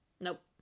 Nope